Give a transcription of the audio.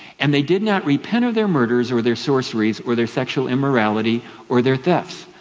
and they did not repent of their murders or their sorceries or their sexual immorality or their thefts.